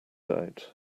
out